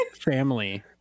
family